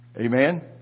Amen